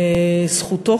זכותו,